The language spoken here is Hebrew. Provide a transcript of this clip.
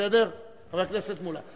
בסדר, חבר הכנסת מולה?